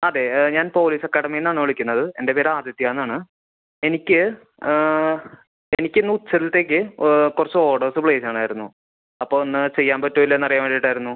അതെ ഞാൻ പോലീസ് അക്കാഡമീന്നാണ് വിളിക്ക്ന്നത് എൻ്റെ പേര് ആദിത്യാന്നാണ് എനിക്ക് എനിക്ക് ഇന്ന് ഉച്ചത്തേക്ക് കുറച്ച് ഓർഡേസ് പ്ലേസ് ചെയ്യണമായിരുന്നു അപ്പോൾ ഒന്ന് ചെയ്യാൻ പറ്റില്ലേ എന്ന് അറിയാൻ വേണ്ടിയിട്ടായിരുന്നു